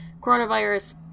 coronavirus